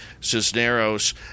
cisneros